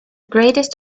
greatest